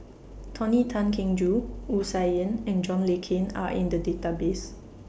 Tony Tan Keng Joo Wu Sa Yen and John Le Cain Are in The Database